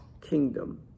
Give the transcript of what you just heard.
kingdom